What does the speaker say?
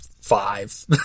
five